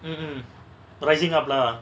mm hmm rising up lah